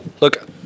Look